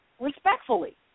respectfully